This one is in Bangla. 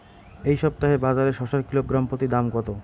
এই সপ্তাহে বাজারে শসার কিলোগ্রাম প্রতি দাম কত?